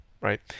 right